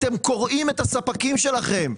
אתם קוראים את הספקים שלכם.